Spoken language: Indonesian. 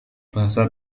bahasa